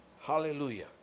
Hallelujah